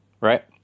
right